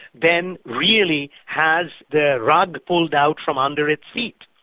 then really has the rug pulled out from under its seat.